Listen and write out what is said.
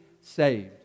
saved